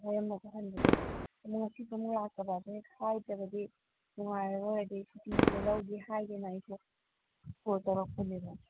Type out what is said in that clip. ꯍꯥꯏꯔꯝꯃꯒ ꯍꯟꯕꯁꯦ ꯑꯗꯣ ꯉꯁꯤꯁꯨ ꯑꯃꯨꯛ ꯂꯥꯛꯇꯕꯁꯦ ꯍꯥꯏꯗ꯭ꯔꯗꯤ ꯅꯨꯡꯉꯥꯏꯔꯔꯣꯏ ꯑꯗꯒꯤ ꯁꯨꯇꯤꯁꯨ ꯂꯧꯒꯦ ꯍꯥꯏꯒꯦꯅ ꯑꯩꯁꯦ ꯀꯣꯜ ꯇꯧꯔꯛꯄꯅꯦꯕ